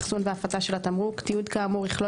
אחסון והפצה של התמרוק; תיעוד כאמור יכלול